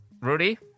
Rudy